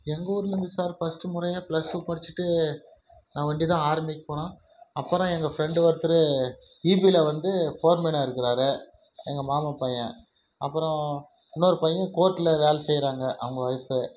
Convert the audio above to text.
எங்கள் ஊரில் வந்து சார் ஃபர்ஸ்ட்டு முறையாக பிளஸ் டூ படிச்சிட்டு நான் ஒண்டி தான் ஆர்மிக்குப் போனேன் அப்புறம் எங்கள் ஃப்ரெண்டு ஒருத்தர் ஈபியில் வந்து ஃபோர்மேனாக இருக்கிறாரு எங்கள் மாமா பையன் அப்பறம் இன்னொரு பையன் கோர்ட்டில் வேலை செய்கிறாங்க அவங்க ஒய்ஃபு